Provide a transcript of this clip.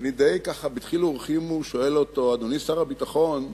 ואני די בדחילו ורחימו שואל אותו: אדוני שר הביטחון,